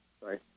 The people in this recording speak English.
sorry